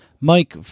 Mike